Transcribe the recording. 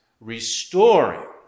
restoring